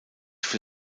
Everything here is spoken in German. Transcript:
für